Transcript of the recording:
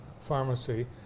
pharmacy